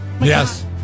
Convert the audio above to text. yes